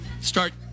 Start